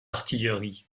artillerie